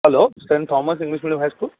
hello saint thomas English medium high school